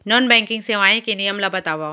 Non banking सेवाएं के नियम ला बतावव?